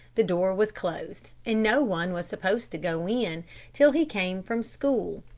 the door was closed, and no one was supposed to go in till he came from school.